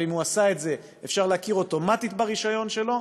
ואם הוא עשה את זה אפשר להכיר אוטומטית ברישיון שלו,